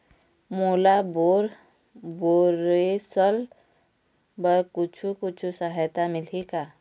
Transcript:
मोला bore borewells बर कुछू कछु सहायता मिलही का?